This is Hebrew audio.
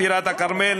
טירת-כרמל,